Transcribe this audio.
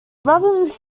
robbins